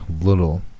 little